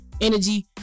energy